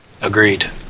agreed